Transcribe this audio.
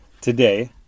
Today